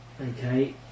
Okay